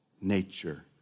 nature